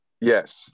Yes